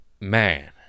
Man